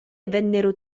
vennero